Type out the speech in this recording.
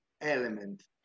element